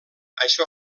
això